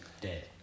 dead